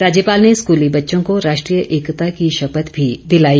राज्यपाल ने स्कूली बच्चों को राष्ट्रीय एकता की शपथ भी दिलाई